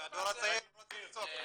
והדור הצעיר רוצה לצעוק.